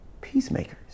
peacemakers